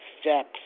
steps